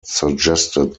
suggested